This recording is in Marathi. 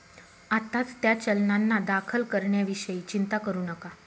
आत्ताच त्या चलनांना दाखल करण्याविषयी चिंता करू नका